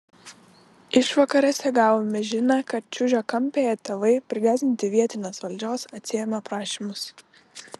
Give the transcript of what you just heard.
išvakarėse gavome žinią kad čiužiakampyje tėvai prigąsdinti vietinės valdžios atsiėmė prašymus